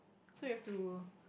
so you have to